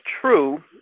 true